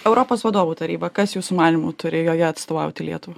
europos vadovų taryba kas jūsų manymu turi joje atstovauti lietuvą